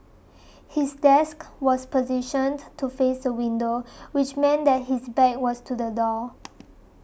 his desk was positioned to face the window which meant that his back was to the door